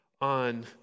on